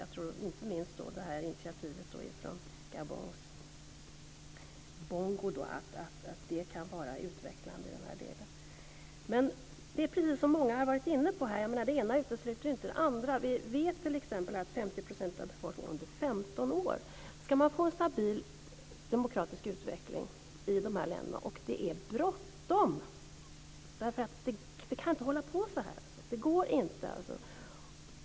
Jag tror inte minst på initiativet från Gabons Bongo och att det kan vara utvecklande. Men det är precis som många har varit inne på här: Det ena utesluter inte det andra. Vi vet t.ex. att 50 % av befolkningen är under 15 år. Man måste få en stabil demokratisk utveckling i de här länderna, och det är bråttom. Det kan inte hålla på så här.